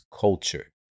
culture